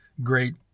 great